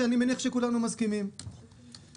שאני מניח שכולנו מסכימים עליהם.